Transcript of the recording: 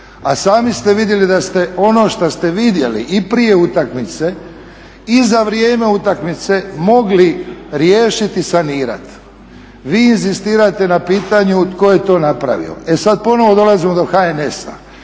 a sami ste vidjeli da ste ono što ste vidjeli i prije utakmice, i za vrijeme utakmice mogli riješiti i sanirat. Vi inzistirate na pitanju tko je to napravio? E sad ponovno dolazimo do HNS-a,